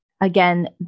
Again